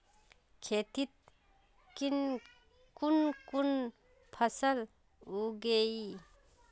खेतीत कुन कुन फसल उगेई?